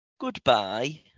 goodbye